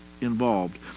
involved